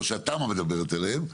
או שהתמ"א מדברת עליהם,